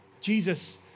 Jesus